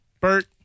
Bert